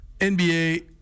NBA